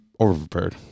overprepared